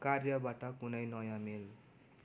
कार्यबाट कुनै नयाँ मेल